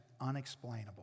unexplainable